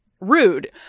rude